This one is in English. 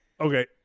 Okay